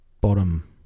bottom